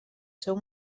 seu